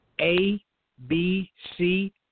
A-B-C